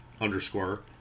underscore